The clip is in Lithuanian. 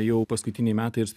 jau paskutiniai metai ir